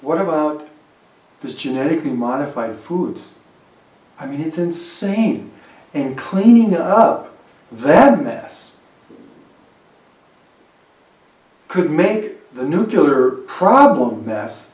what about this genetically modified foods i mean it's insane and clean up that mess could make the nuclear problem